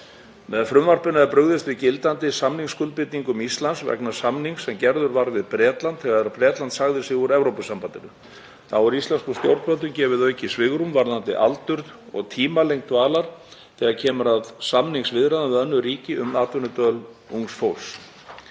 Með frumvarpinu er brugðist við gildandi samningsskuldbindingum Íslands vegna samnings sem gerður var við Bretland þegar Bretland sagði sig úr Evrópusambandinu. Þá er íslenskum stjórnvöldum gefið aukið svigrúm varðandi aldur og tímalengd dvalar þegar kemur að samningsviðræðum við önnur ríki um atvinnudvöl ungs fólks.